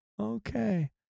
okay